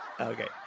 Okay